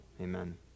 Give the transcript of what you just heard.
Amen